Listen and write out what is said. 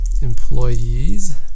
employees